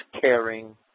caring